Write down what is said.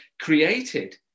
created